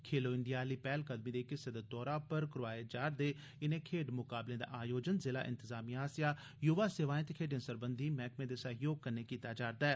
खेलो India आहली पैहलकदमी दे इक हिस्से दे तौरा पर करोआए जा'रदे इनें खेड्ढ मुकाबलें दा आयोजन जिला इंतजामिया आसेआ युवा सेवाएं ते खेड्ढें सरबंधी मैह्कमे दे सैह्योग कन्नै कीता जा'रदा ऐ